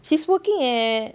she's working at